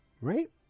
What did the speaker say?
right